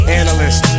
analyst